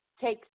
take